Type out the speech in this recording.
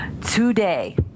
today